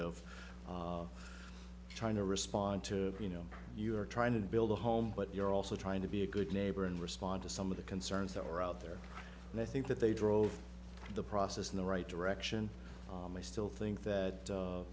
of trying to respond to you know you are trying to build a home but you're also trying to be a good neighbor and respond to some of the concerns that were out there and i think that they drove the process in the right direction i still think that